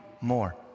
more